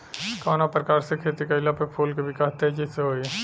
कवना प्रकार से खेती कइला पर फूल के विकास तेजी से होयी?